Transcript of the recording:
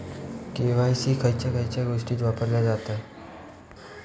KYC खयच्या खयच्या गोष्टीत वापरला जाता?